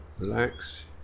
relax